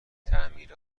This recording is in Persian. تعمیر